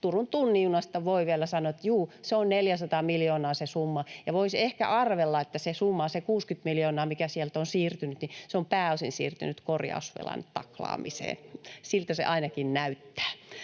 Turun tunnin junasta voi vielä sanoa, että juu, se summa on 400 miljoonaa, ja voisi ehkä arvella, että se 60 miljoonaa, mikä sieltä on siirtynyt, on pääosin siirtynyt korjausvelan taklaamiseen — siltä se ainakin näyttää.